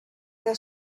que